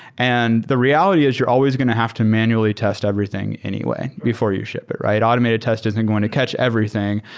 and the reality is you're always going to have to manually test everything anyway before you ship it, right? automated test isn't going to catch everything.